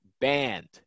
banned